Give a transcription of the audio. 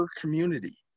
community